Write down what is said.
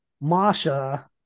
Masha